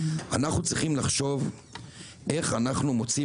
לכן אנחנו צריכים לחשוב איך אנחנו מוצאים